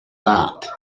that